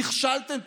נכשלתם?